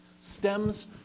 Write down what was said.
stems